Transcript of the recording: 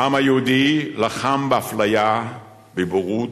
העם היהודי לחם באפליה, בבורות,